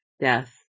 death